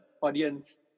audience